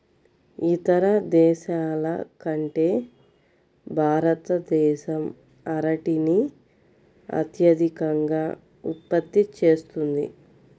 ఇతర దేశాల కంటే భారతదేశం అరటిని అత్యధికంగా ఉత్పత్తి చేస్తుంది